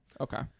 Okay